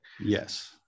yes